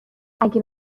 اگه